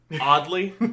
Oddly